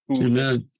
Amen